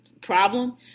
problem